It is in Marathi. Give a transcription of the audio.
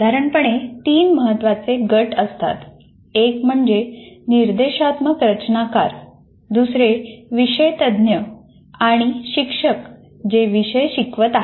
साधारणपणे तीन महत्त्वाचे गट असतात एक म्हणजे निर्देशात्मक रचनाकार दुसरे विषय तज्ञ किंवा शिक्षक विषय शिकवत आहेत